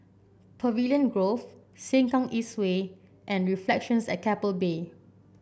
Pavilion Grove Sengkang East Way and Reflections at Keppel Bay